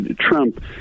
Trump